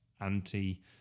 anti